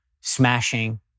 Smashing